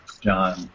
John